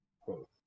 quotes